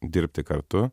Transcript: dirbti kartu